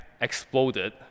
exploded